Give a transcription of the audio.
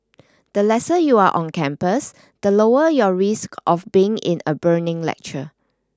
the lesser you are on campus the lower your risk of being in a burning lecture